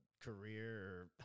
career